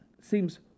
seems